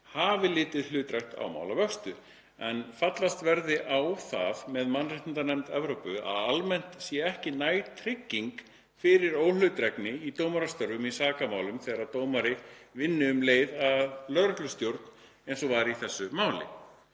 hafi litið hlutdrægt á málavöxtu, en fallast verði á það með mannréttindanefnd Evrópu að almennt sé ekki næg trygging fyrir óhlutdrægni í dómstörfum í sakamálum þegar dómari vinni um leið að lögreglustjórn eins og var í þessu máli.